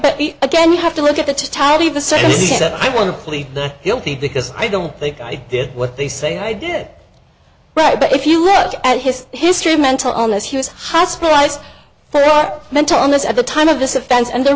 but again you have to look at the totality of the saying i want to plead guilty because i don't think i did what they say i did right but if you look at his history of mental illness he was hospitalized for mental illness at the time of this offense and the